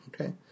Okay